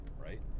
right